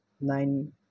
nine